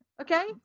Okay